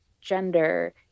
gender